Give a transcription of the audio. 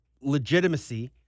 legitimacy